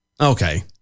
Okay